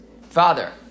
father